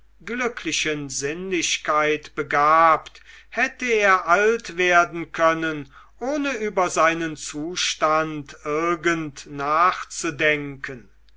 glücklichen sinnlichkeit begabt hätte er alt werden können ohne über seinen zustand irgend nachzudenken